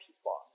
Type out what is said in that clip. people